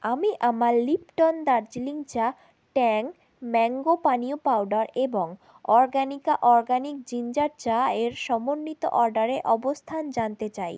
আমি আমার লিপ্টন দার্জিলিং চা ট্যাং ম্যাঙ্গো পানীয় পাউডার এবং অরগ্যানিকা অরগ্যানিক জিঞ্জার চা এর সমন্বিত অর্ডারের অবস্থান জানতে চাই